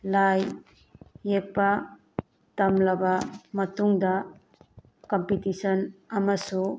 ꯂꯥꯏ ꯌꯦꯛꯄ ꯇꯝꯂꯕ ꯃꯇꯨꯡꯗ ꯀꯝꯄꯤꯇꯤꯁꯟ ꯑꯃꯁꯨ